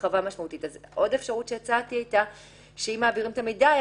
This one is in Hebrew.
עוד אפשרות שהצעתי זה שאם מעבירים את המידע,